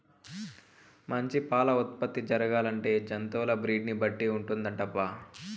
మంచి పాల ఉత్పత్తి జరగాలంటే జంతువుల బ్రీడ్ ని బట్టి ఉంటుందటబ్బా